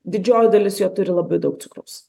didžioji dalis jo turi labai daug cukraus